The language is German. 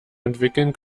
entwickeln